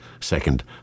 second